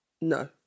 No